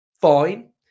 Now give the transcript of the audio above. fine